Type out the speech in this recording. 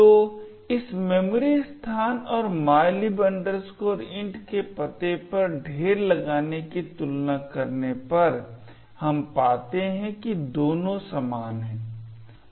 तो इस मेमोरी स्थान और mylib int के पते पर ढेर लगाने की तुलना करने पर हम पाते हैं कि दोनों समान हैं